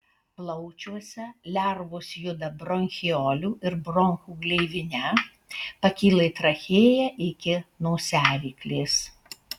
plaučiuose lervos juda bronchiolių ir bronchų gleivine pakyla į trachėją iki nosiaryklės